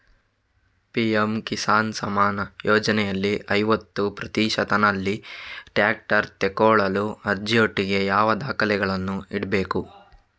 PM Kisan Samman ಯೋಜನೆಯಲ್ಲಿ ಐವತ್ತು ಪ್ರತಿಶತನಲ್ಲಿ ಟ್ರ್ಯಾಕ್ಟರ್ ತೆಕೊಳ್ಳಲು ಅರ್ಜಿಯೊಟ್ಟಿಗೆ ಯಾವ ದಾಖಲೆಗಳನ್ನು ಇಡ್ಬೇಕು?